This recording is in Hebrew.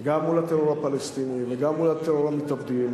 גם מול הטרור הפלסטיני וגם מול טרור המתאבדים,